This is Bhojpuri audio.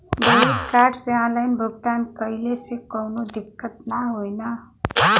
डेबिट कार्ड से ऑनलाइन भुगतान कइले से काउनो दिक्कत ना होई न?